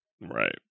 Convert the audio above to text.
Right